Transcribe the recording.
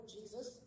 Jesus